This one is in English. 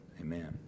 Amen